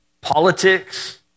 politics